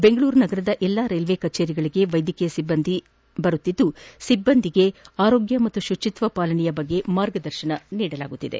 ಬೆಂಗಳೂರು ನಗರದ ಎಲ್ಲಾ ರೈಲ್ವೆ ಕಚೇರಿಗಳಿಗೆ ವೈದ್ಯಕೀಯ ಸಿಬ್ಬಂದಿ ಭೇಟ ನೀಡಿ ಸಿಬ್ಬಂದಿಗೆ ಆರೋಗ್ಯ ಮತ್ತು ಶುಚಿತ್ವ ಪಾಲನೆಯ ಬಗ್ಗೆ ಮಾರ್ಗದರ್ಶನ ಮಾಡುತ್ತಿದೆ